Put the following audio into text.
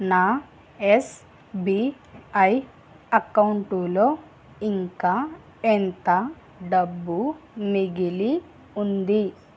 నా ఎస్బీఐ అకౌంటులో ఇంకా ఎంత డబ్బు మిగిలి ఉంది